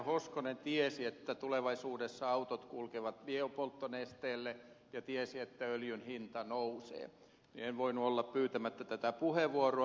hoskonen tiesi että tulevaisuudessa autot kulkevat biopolttonesteellä ja tiesi myös että öljyn hinta nousee niin en voinut olla pyytämättä tätä puheenvuoroa